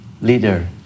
leader